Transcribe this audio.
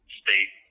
state